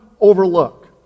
overlook